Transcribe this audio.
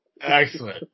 Excellent